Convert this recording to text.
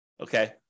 Okay